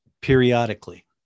periodically